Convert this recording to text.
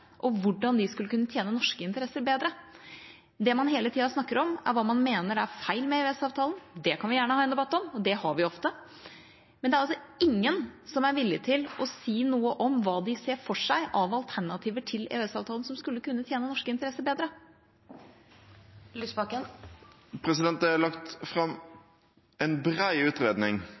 og hvordan de skulle kunne tjene norske interesser bedre. Det man hele tida snakker om, er hva man mener er feil med EØS-avtalen. Det kan vi gjerne ha en debatt om, og det har vi ofte. Men det er ingen som er villig til å si noe om hva de ser for seg av alternativer til EØS-avtalen, som skulle kunne tjene norske interesser bedre. Det er lagt fram en bred utredning